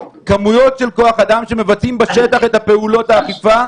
כמויות של כוח אדם שמבצעים בשטח את פעולות האכיפה,